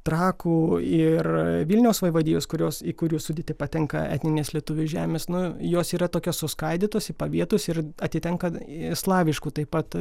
trakų ir vilniaus vaivadijos kurios į kurių sudėtį patenka etninės lietuvių žemės nu jos yra tokios suskaidytos į pavietus ir atitenka į slaviškų taip pat